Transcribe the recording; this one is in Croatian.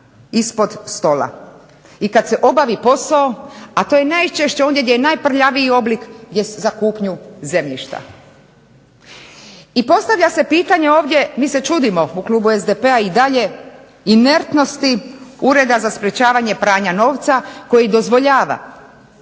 ispod stola. I kada se obavi posao, a to je najčešće ondje gdje je najprljaviji oblik gdje su za kupnju zemljišta. I postavlja se pitanje ovdje, mi se čudimo u klubu SDP-a i dalje inertnosti Ureda za sprečavanje pranja novca koji dozvoljava